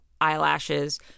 eyelashes